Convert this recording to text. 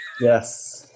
yes